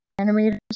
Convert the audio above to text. animators